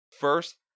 First